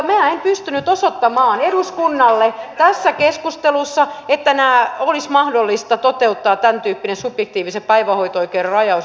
minä en pystynyt osoittamaan eduskunnalle tässä keskustelussa että olisi mahdollista toteuttaa tämän tyyppinen subjektiivisen päivähoito oikeuden rajaus josta tulisi säästöä